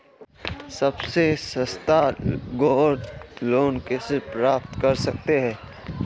सबसे सस्ता gold loan कैसे प्राप्त कर सकते हैं?